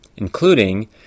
including